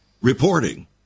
reporting